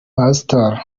pasitoro